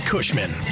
Cushman